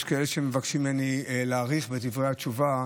יש כאלה שמבקשים ממני להאריך בדברי התשובה,